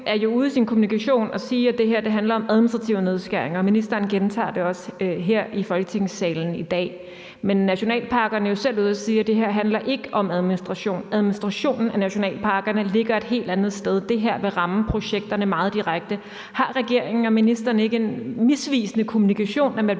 er jo i sin kommunikation ude at sige, at det her handler om administrative nedskæringer. Ministeren gentager det også her i Folketingssalen i dag. Men nationalparkerne er jo selv ude at sige, at det her ikke handler om administration. Administrationen af nationalparkerne ligger et helt andet sted. Det her vil ramme projekterne meget direkte. Har regeringen og ministeren ikke en misvisende kommunikation,